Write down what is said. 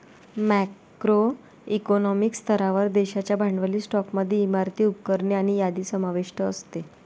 macro economic स्तरावर, देशाच्या भांडवली स्टॉकमध्ये इमारती, उपकरणे आणि यादी समाविष्ट असते